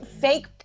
fake